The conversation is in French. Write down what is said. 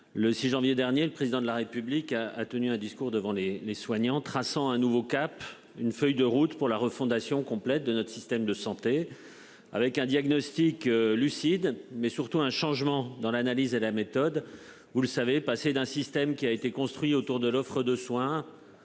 Le 6 janvier dernier, le président de la République a tenu un discours devant les les soignants traçant un nouveau cap. Une feuille de route pour la refondation complète de notre système de santé avec un diagnostic lucide mais surtout un changement dans l'analyse et la méthode, vous le savez passer d'un système qui a été construit autour de l'offre de soins.